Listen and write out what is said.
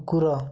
କୁକୁର